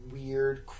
weird